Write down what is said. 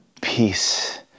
peace